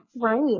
Right